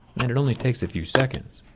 and it only takes a few seconds.